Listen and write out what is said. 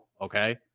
okay